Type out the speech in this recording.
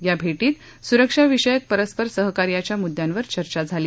या भेटीत सुरक्षा विषयक परस्पर सहकार्याच्या मुद्द्यांवर चर्चा झाली